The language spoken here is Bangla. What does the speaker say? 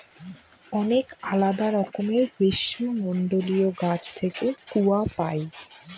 অনেক আলাদা রকমের গ্রীষ্মমন্ডলীয় গাছ থেকে কূয়া পাই